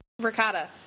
Ricotta